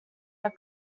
are